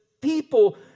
people